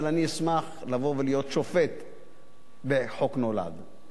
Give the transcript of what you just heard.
אבל אני אשמח לבוא ולהיות שופט ב"חוק נולד".